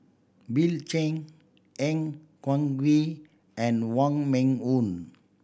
Bill Chen Han Guangwei and Wong Meng Voon